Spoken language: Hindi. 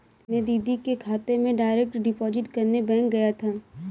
मैं दीदी के खाते में डायरेक्ट डिपॉजिट करने बैंक गया था